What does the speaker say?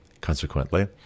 consequently